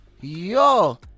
yo